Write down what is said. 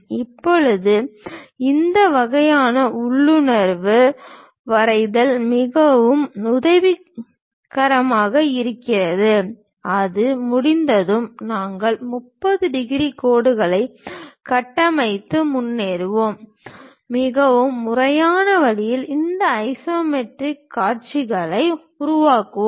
இப்போது இந்த வகையான உள்ளுணர்வு வரைதல் மிகவும் உதவிகரமாக இருக்கிறது அது முடிந்ததும் நாங்கள் 30 டிகிரி கோடுகளை கட்டமைத்து முன்னேறுவோம் மிகவும் முறையான வழியில் இந்த ஐசோமெட்ரிக் காட்சிகளை உருவாக்குவோம்